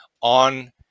on